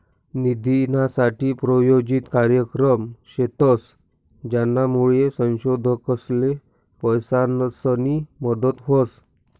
निधीनासाठे प्रायोजित कार्यक्रम शेतस, ज्यानामुये संशोधकसले पैसासनी मदत व्हस